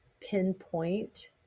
pinpoint